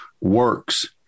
works